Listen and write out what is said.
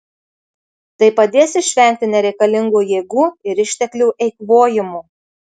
tai padės išvengti nereikalingo jėgų ir išteklių eikvojimo